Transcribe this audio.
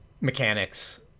mechanics